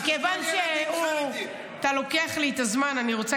לא יעזור לך.